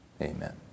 Amen